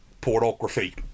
pornography